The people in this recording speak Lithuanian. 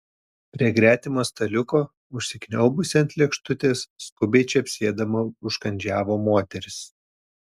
prie gretimo staliuko užsikniaubusi ant lėkštutės skubiai čepsėdama užkandžiavo moteris